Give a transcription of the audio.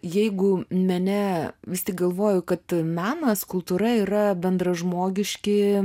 jeigu mene vis tik galvoju kad menas kultūra yra bendražmogiški